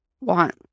want